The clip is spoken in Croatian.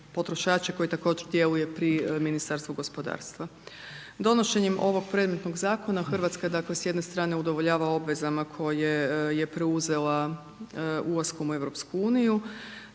koji također djeluje pri Ministarstvu gospodarstva. Donošenjem ovog predmetnog Zakona, Hrvatska dakle s jedne strane udovoljavam obvezama koje je preuzela ulaskom u Europsku uniju,